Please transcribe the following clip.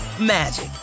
magic